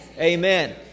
Amen